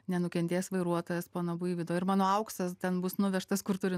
nenukentės vairuotojas pono buivydo ir mano auksas ten bus nuvežtas kur turi